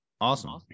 Awesome